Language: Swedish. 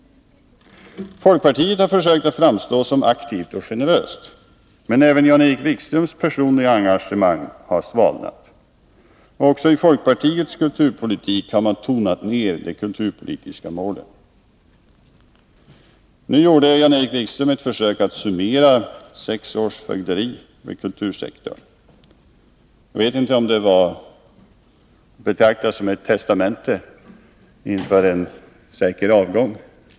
Folkpartiet har försökt framstå som aktivt och generöst. Men även Jan-Erik Wikströms personliga engagemang har svalnat. Också i folkpartiets kulturpolitik har man tonat ner de kulturpolitiska målen. Nu gjorde Jan-Erik Wikström ett försök att summera sex års fögderi inom kultursektorn — jag vet inte om det skall betraktas som ett testamente inför en säker avgång.